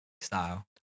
style